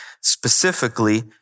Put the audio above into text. specifically